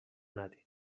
ندید